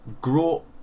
grow